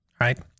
right